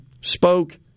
spoke